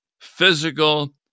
physical